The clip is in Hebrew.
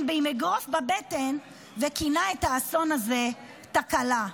עם אגרוף בבטן וכינה את האסון הזה "תקלה".